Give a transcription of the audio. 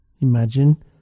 Imagine